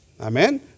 Amen